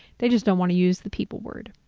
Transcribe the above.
they just don't want to use the people word.